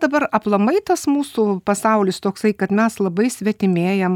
dabar aplamai tas mūsų pasaulis toksai kad mes labai svetimėjam